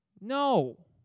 No